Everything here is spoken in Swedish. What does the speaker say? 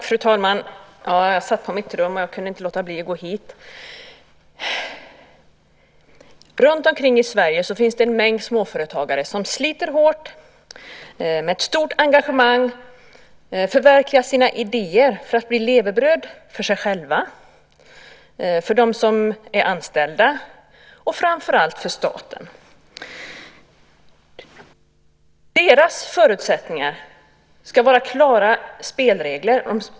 Fru talman! Jag satt på mitt rum och lyssnade till debatten och kunde inte låta bli att gå hit. Runtomkring i Sverige finns en mängd småföretagare som sliter hårt med ett stort engagemang för att förverkliga sina idér. De skapar levebröd för sig själva, för dem som är anställda och framför allt för staten. Deras förutsättningar ska vara klara spelregler.